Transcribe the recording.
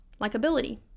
Likeability